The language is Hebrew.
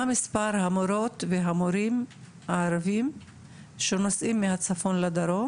מה מספר המורות והמורים הערביים שנוסעים מהצפון לדרום,